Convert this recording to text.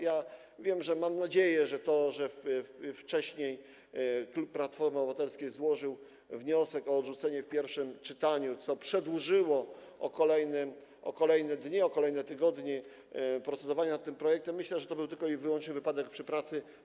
Ja wiem, mam nadzieję, że to, że wcześniej klub Platformy Obywatelskiej złożył wniosek o odrzucenie tego w pierwszym czytaniu, co przedłużyło o kolejne dni, o kolejne tygodnie procedowanie nad tym projektem, to był tylko i wyłącznie wypadek przy pracy.